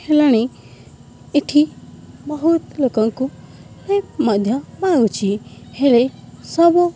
ହେଲାଣି ଏଠି ବହୁତ ଲୋକଙ୍କୁ ମଧ୍ୟ ପାଉଛି ହେଲେ ସବୁ